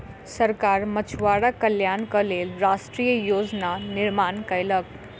सरकार मछुआरा कल्याणक लेल राष्ट्रीय योजना निर्माण कयलक